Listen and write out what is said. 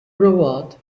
reward